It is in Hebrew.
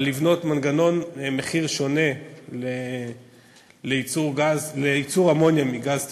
על בניית מנגנון למחיר שונה לייצור אמוניה מגז טבעי.